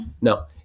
No